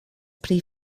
pri